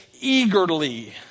eagerly